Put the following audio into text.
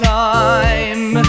time